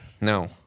No